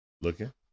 Looking